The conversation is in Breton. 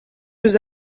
eus